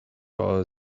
our